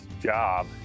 job